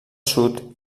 sud